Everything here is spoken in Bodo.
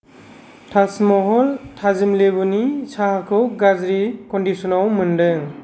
ताज महल थाजिम लेबुनि साहाखौ गाज्रि कन्दिसनाव मोन्दों